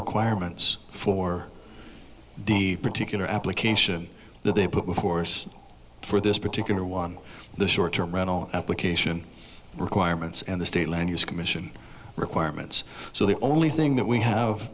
requirements for the particular application that they put with force for this particular one the short term application requirements and the state land use commission requirements so the only thing that we have